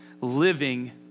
living